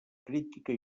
crítica